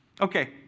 Okay